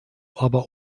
aber